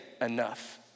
enough